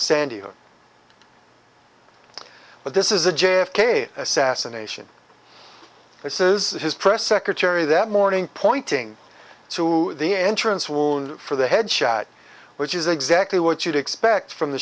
hook but this is the j f k assassination this is his press secretary that morning pointing to the entrance wound for the head shot which is exactly what you'd expect from the